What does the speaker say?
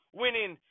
winning